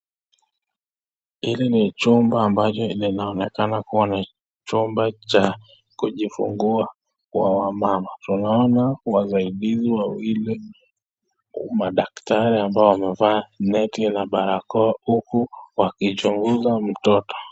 Hili ni chumba ambacho linaonekana kuwa ni chumba cha kujifungua kwa wamama. Tunaona wasaidizi wawili madaktari ambao wamevaa neti na barakoa huku wakichunguza mtoto.